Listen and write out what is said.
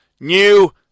New